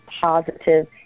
positive